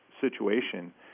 situation